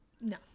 No